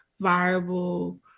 viable